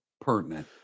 pertinent